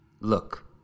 Look